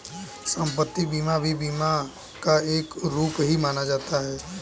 सम्पत्ति बीमा भी बीमा का एक रूप ही माना जाता है